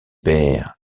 père